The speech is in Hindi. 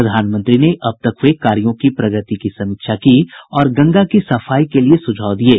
प्रधानमंत्री ने अब तक हुए कार्यों की प्रगति की समीक्षा की और गंगा की सफाई के लिए सुझाव दिये